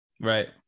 Right